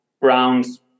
Brown's